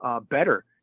better